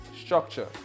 structure